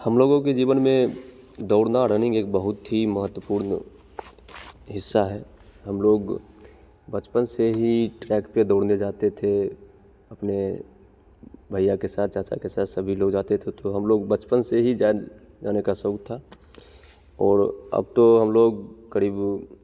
हम लोगों के जीवन में दौड़ना रनिंग एक बहुत ही महत्वपूर्ण हिस्सा है हम लोग बचपन से ही ट्रैक पे दौड़ने जाते थे अपने भैया के साथ चाचा के साथ सभी लोग जाते थे तो हम लोग बचपन से ही जा जाने का शौक़ था और अब तो हम लोग करीब